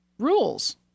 rules